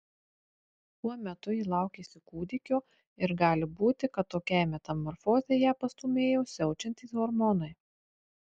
tuo metu ji laukėsi kūdikio ir gali būti kad tokiai metamorfozei ją pastūmėjo siaučiantys hormonai